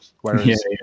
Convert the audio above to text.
Whereas